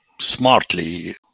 smartly